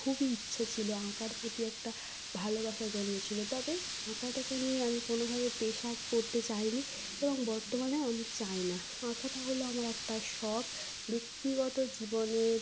খুবই ইচ্ছা ছিল আঁকার প্রতি একটা ভালোবাসা জন্মেছিল তবে আঁকাটাকে নিয়ে আমি কোনোভাবে পেশা করতে চাইনি এবং বর্তমানেও আমি চাই না আঁকাটা হল আমার একটা শখ ব্যক্তিগত জীবনের